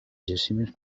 jaciments